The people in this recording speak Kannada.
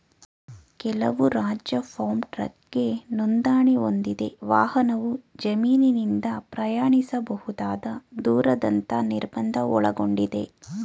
ಕೆಲವು ರಾಜ್ಯ ಫಾರ್ಮ್ ಟ್ರಕ್ಗೆ ನೋಂದಣಿ ಹೊಂದಿವೆ ವಾಹನವು ಜಮೀನಿಂದ ಪ್ರಯಾಣಿಸಬಹುದಾದ ದೂರದಂತ ನಿರ್ಬಂಧ ಒಳಗೊಂಡಿದೆ